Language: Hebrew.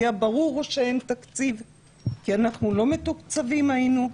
היה ברור שאין תקציב כי לא היינו מתוקצבים,